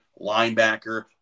linebacker